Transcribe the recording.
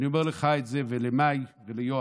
אני אומר לך את זה, למאי וליואב,